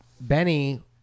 Benny